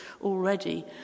already